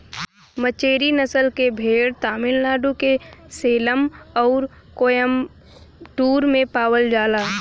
मचेरी नसल के भेड़ तमिलनाडु के सेलम आउर कोयम्बटूर में पावल जाला